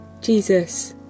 Jesus